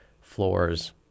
floors